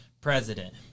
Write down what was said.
president